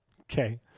Okay